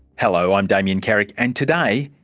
hello, i'm damien carrick, and today,